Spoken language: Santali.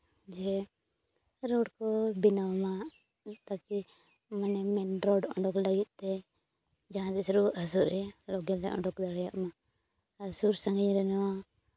ᱡᱮ ᱨᱳᱰ ᱠᱚ ᱵᱮᱱᱟᱣ ᱢᱟ ᱛᱟᱣ ᱠᱤ ᱢᱟᱱᱮ ᱢᱮᱱ ᱨᱳᱰ ᱩᱰᱩᱠ ᱞᱟᱹᱜᱤᱫ ᱛᱮ ᱡᱟᱦᱟᱸ ᱛᱤᱥ ᱨᱩᱣᱟᱹᱜ ᱦᱟᱹᱥᱩᱜ ᱨᱮ ᱨᱩᱜᱤ ᱞᱮ ᱩᱰᱩᱠ ᱫᱟᱲᱮᱭᱟᱜ ᱢᱟ ᱟᱨ ᱥᱩᱨ ᱥᱟᱺᱜᱤᱧ ᱨᱮᱱ ᱦᱚᱸ